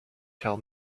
tell